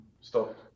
Stop